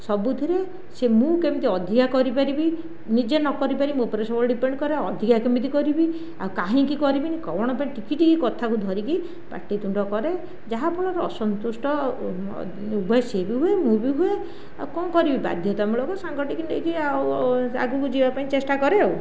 ସବୁଥିରେ ସିଏ ମୁଁ କେମିତି ଅଧିକା କରିପାରିବି ନିଜେ ନ କରିପାରି ମୋ ଉପରେ ସବୁବେଳେ ଡିପେଣ୍ଡ କରେ ଅଧିକା କେମିତି କରିବି ଆଉ କାହିଁକି କରିବିନି କଣ ପାଇଁ ଟିକେ ଟିକେ କଥାକୁ ଧରିକି ପାଟିତୁଣ୍ଡ କରେ ଯାହାଫଳରେ ଅସନ୍ତୁଷ୍ଟ ଉଭୟ ସିଏ ବି ହୁଏ ମୁଁ ବି ହୁଏ ଆଉ କଣ କରିବି ବାଧ୍ୟତାମୂଳକ ସାଙ୍ଗଟିକୁ ନେଇକି ଆଉ ଆଗକୁ ଯିବା ପାଇଁ ଚେଷ୍ଟା କରେ ଆଉ